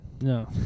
no